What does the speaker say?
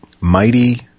Mighty –